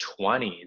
20s